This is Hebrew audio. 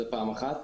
שנית,